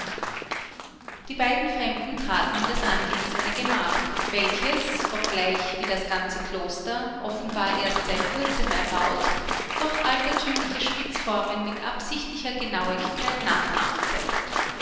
die beiden fremden traten in das angewiesene gemach welches obgleich wie das ganze kloster offenbar erst seit kurzem erbaut doch altertümliche spitzformen mit absichtlicher genauigkeit nachahmte